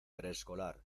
preescolar